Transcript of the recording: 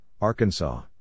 Arkansas